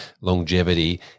longevity